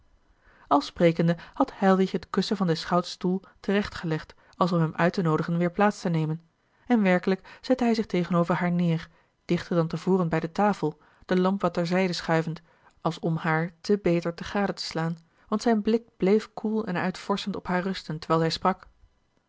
al sprekende had heilwich het kussen van des schouts stoel terecht gelegd als om hem uit te noodigen weêr plaats te nemen en werkelijk zette hij zich tegenover haar neêr dichter dan te voren bij de tafel de lamp wat ter zijde schuivend als om haar te beter gade te slaan want zijn blik bleef koel en uitvorschend op haar rusten terwijl zij sprak